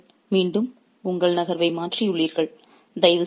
இப்போது நீங்கள் மீண்டும் உங்கள் நகர்வை மாற்றியுள்ளீர்கள்